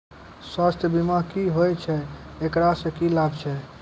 स्वास्थ्य बीमा की होय छै, एकरा से की लाभ छै?